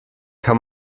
kann